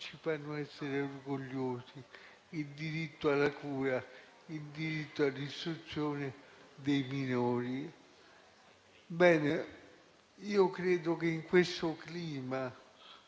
ci fanno essere orgogliosi: il diritto alla cura, il diritto all'istruzione dei minori. Io credo che in questo clima,